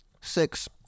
Six